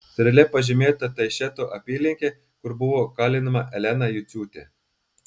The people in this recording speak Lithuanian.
strėle pažymėta taišeto apylinkė kur buvo kalinama elena juciūtė